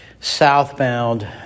southbound